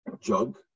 jug